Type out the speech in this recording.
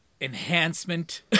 enhancement